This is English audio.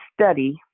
study